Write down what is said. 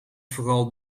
vooral